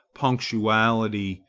punctuality,